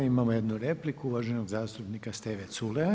Imamo jednu repliku, uvaženog zastupnika Steve Culeja.